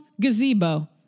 Gazebo